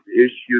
issues